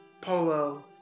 polo